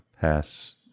pass